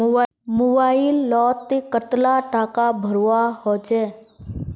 Mobile लोत कतला टाका भरवा होचे?